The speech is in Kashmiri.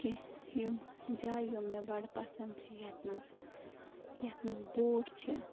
کیٚنٛہہ یِم جایہِ یِم مےٚ بَڑٕ پسنٛد چھِ یَتھ منٛز یَتھ منٛز یَتھ منٛز بوٗٹھ چھِ